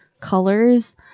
colors